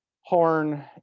horn